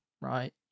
right